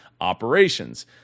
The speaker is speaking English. operations